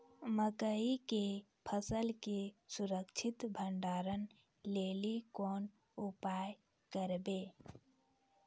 मकई के फसल के सुरक्षित भंडारण लेली कोंन उपाय करबै?